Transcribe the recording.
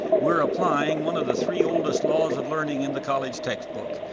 we're applying one of the three oldest laws of learning in the college textbook,